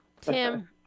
Tim